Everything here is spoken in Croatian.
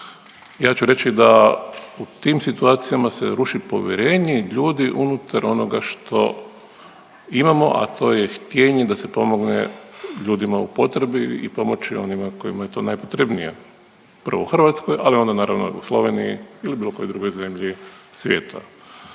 Ja ću reći da u tim situacijama se ruši povjerenje ljudi unutar onoga što imamo, a to je htjenje da se pomogne ljudima u potrebi i pomoći onima kojima je to najpotrebnije, prvo Hrvatskoj, a onda naravno u Sloveniji ili bilo kojoj drugoj zemlji svijeta.